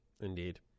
Indeed